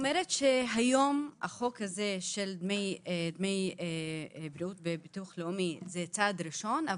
היום החוק הזה של דמי בריאות וביטוח לאומי זה צעד ראשון,